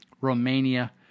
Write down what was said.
romania